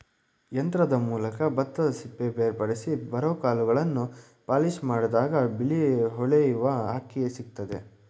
ಯಂತ್ರದ ಮೂಲಕ ಭತ್ತದಸಿಪ್ಪೆ ಬೇರ್ಪಡಿಸಿ ಬರೋಕಾಳನ್ನು ಪಾಲಿಷ್ಮಾಡಿದಾಗ ಬಿಳಿ ಹೊಳೆಯುವ ಅಕ್ಕಿ ಸಿಕ್ತದೆ